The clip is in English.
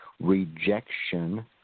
rejection